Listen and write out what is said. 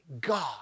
God